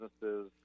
businesses